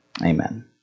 Amen